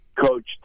coached